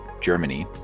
Germany